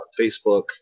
Facebook